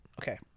Okay